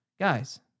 Guys